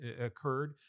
occurred